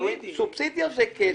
סובסידיה זה כסף.